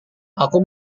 aku